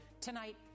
Tonight